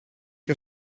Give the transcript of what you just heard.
que